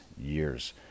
years